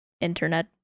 internet